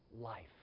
life